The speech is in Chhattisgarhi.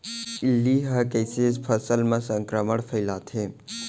इल्ली ह कइसे फसल म संक्रमण फइलाथे?